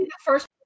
First